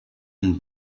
and